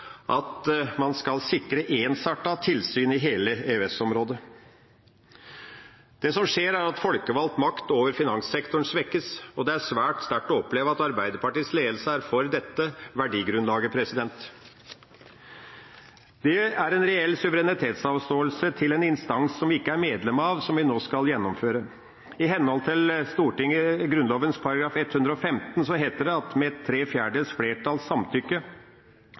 at man skal sikre ensartede tilsyn i hele EØS-området. Det som skjer, er at folkevalgt makt over finanssektoren svekkes, og det er svært sterkt å oppleve at Arbeiderpartiets ledelse er for dette verdigrunnlaget. Det er en reell suverenitetsavståelse til en instans som vi ikke er medlem av, vi nå skal gjennomføre. I henhold til Grunnloven § 115 heter det at Stortinget kan «med tre fjerdedels flertall samtykke